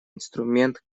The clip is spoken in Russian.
инструмент